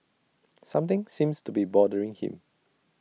something seems to be bothering him